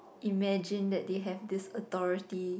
imagine that they have this authority